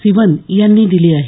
सिवन यांनी दिली आहे